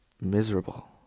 miserable